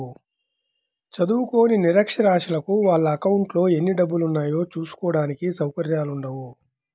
చదువుకోని నిరక్షరాస్యులకు వాళ్ళ అకౌంట్లలో ఎన్ని డబ్బులున్నాయో చూసుకోడానికి సౌకర్యాలు ఉండవు